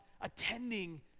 attending